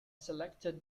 selected